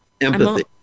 empathy